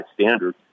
standard